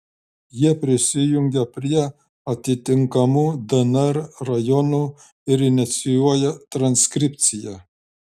jie prisijungia prie atitinkamų dnr rajonų ir inicijuoja transkripciją